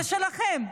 זה שלכם.